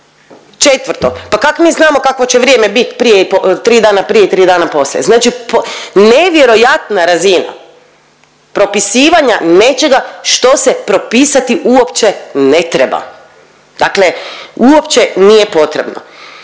Četvrto, pa kak' mi znamo kakvo će vrijeme biti tri dana prije i tri dana poslije? Znači nevjerojatna razina propisivanja nečega što se propisati uopće ne treba. Dakle, uopće nije potrebno.